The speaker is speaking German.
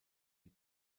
die